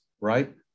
right